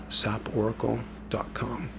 saporacle.com